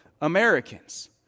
Americans